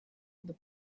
the